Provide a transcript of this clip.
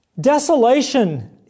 Desolation